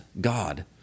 God